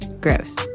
Gross